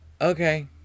okay